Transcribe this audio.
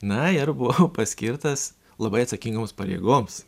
na ir buvau paskirtas labai atsakingoms pareigoms